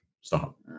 Stop